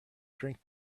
drink